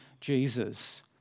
jesus